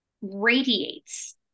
radiates